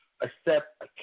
accept